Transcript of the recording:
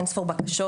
אין ספור בקשות,